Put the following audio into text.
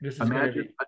Imagine